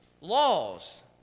laws